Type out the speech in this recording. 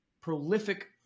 prolific